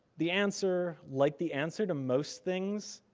the answer, like the answer to most things,